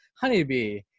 honeybee